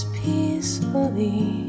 peacefully